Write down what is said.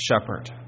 shepherd